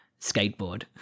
skateboard